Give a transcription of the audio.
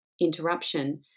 interruption